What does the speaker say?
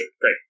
great